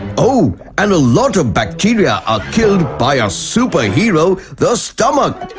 oh, and a lot of bacteria are killed by our super hero, the stomach.